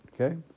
Okay